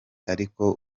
ariko